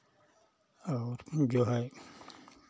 और जो है